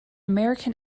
american